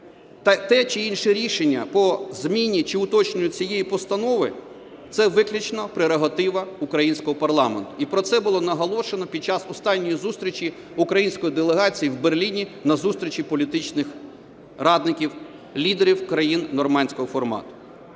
те чи інше рішення по зміні чи уточненню цієї постанови – це виключно прерогатива українського парламенту, і про це було наголошено під час останньої зустрічі української делегації в Берліні на зустрічі політичних радників, лідерів країн "нормандського формату".